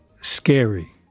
scary